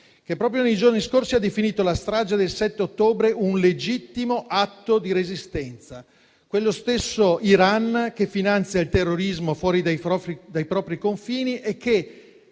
che proprio nei giorni scorsi ha definito la strage del 7 ottobre un legittimo atto di resistenza. È quello stesso Iran che finanzia il terrorismo fuori dai propri confini e che